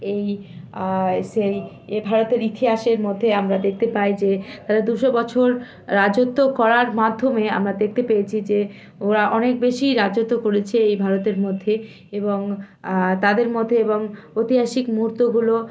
এই সেই এ ভারতের ইতিহাসের মধ্যে আমরা দেখতে পাই যে তারা দুশো বছর রাজত্ব করার মাধ্যমে আমরা দেখতে পেয়েছি যে ওরা অনেক বেশি রাজত্ব করেছে এই ভারতের মধ্যে এবং তাদের মধ্যে এবং ঐতিহাসিক মুহুর্তগুলো